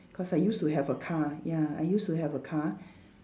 cause I used to have a car ya I used to have a car